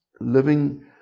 living